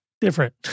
Different